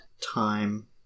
time